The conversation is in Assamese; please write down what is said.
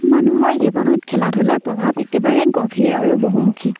মানুহৰ জীৱনত খেলা ধূলাৰ প্ৰভাৱ একেবাৰে গভীৰ আৰু বহুমুখী